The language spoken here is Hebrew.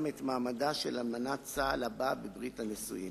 את מעמדה של אלמנת צה"ל הבאה בברית הנישואין.